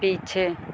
पीछे